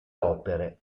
opere